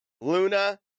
luna